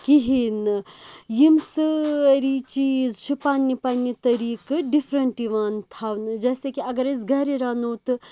کہیٖنۍ نہٕ یِم سٲری چیز چھ پَننہِ پَننہِ طٔریقہٕ ڈِفریٚنٹ یِوان تھاونہٕ جیسے کہِ اَگَر أسۍ گَرِ رَنو تہٕ